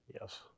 Yes